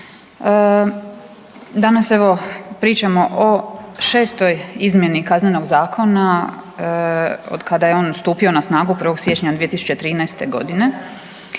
Danas evo pričamo o šestoj izmjeni KZ-a od kada je on stupio na snagu 1. siječnja 2013.g.